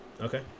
Okay